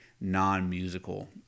non-musical